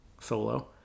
solo